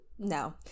No